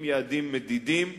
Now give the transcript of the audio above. עם יעדים מדידים,